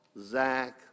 Zach